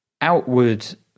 outward